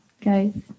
guys